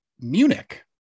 Munich